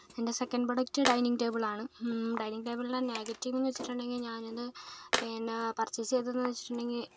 എൻ്റെ second product dining table ആണ് dining ടേബിളിൻ്റെ നെഗറ്റീവ് എന്ന് വെച്ചിട്ടുണ്ടെങ്കിൽ ഞാൻ അത് പിന്നെ പർച്ചേസ് ചെയ്തത് എന്ന് വെച്ചിട്ടുണ്ടെങ്കിൽ